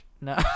No